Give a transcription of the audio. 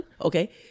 okay